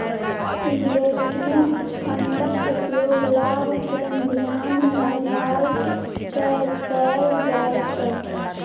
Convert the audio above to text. investment फंडक उपयोग लाभ केँ धियान मे राइख कय कअल जाइ छै